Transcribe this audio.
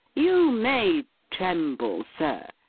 you may tremble, sir,